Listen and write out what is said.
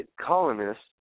colonists